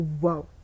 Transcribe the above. Whoa